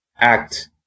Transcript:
act